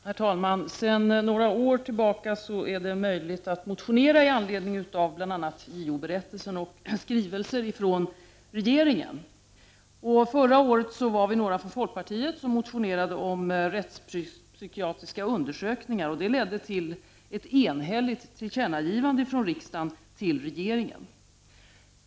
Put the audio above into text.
Herr talman! Sedan några år tillbaka är det möjligt att motionera i anledning av bl.a. JO-berättelsen och skrivelser från regeringen. Förra året var vi några från folkpartiet som motionerade om rättspsykiatriska undersökningar. Det ledde till ett enhälligt tillkännagivande från riksdagen till regeringen.